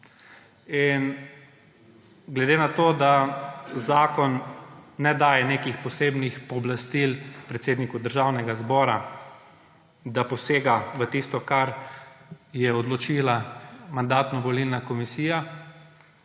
Glede na to, da zakon ne daje nekih posebnih pooblastil predsedniku Državnega zbora, da posega v tisto, kar je odločila Mandatno-volilna komisija,